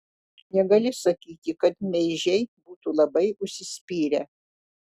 negali sakyti kad meižiai būtų labai užsispyrę